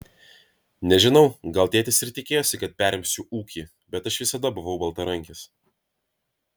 nežinau gal tėtis ir tikėjosi kad perimsiu ūkį bet aš visada buvau baltarankis